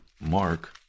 Mark